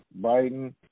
Biden